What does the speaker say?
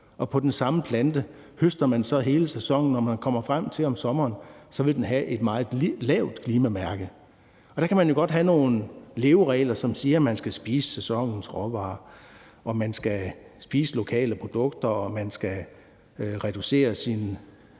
på den samme plante høster man så hele sæsonen, og når man kommer frem til sommeren, vil den have et meget lavt klimaaftryk. Og der kan man jo godt have nogle leveregler, som siger, at man skal spise sæsonens råvarer, og at man skal spise lokale produkter, og at man skal reducere mængden